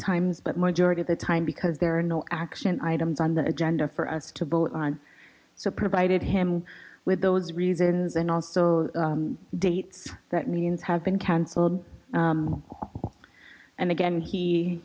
times but majority of the time because there are no action items on the agenda for us to vote on so provided him with those reasons and also dates that millions have been cancelled and again he